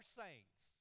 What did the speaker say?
saints